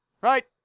right